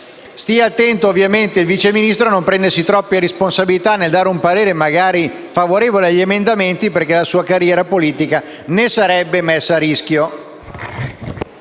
Stia attento ovviamente il Vice Ministro a non prendersi troppe responsabilità nel dare un parere magari favorevole agli emendamenti, perché la sua carriera politica ne sarebbe messa a rischio.